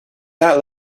that